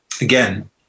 Again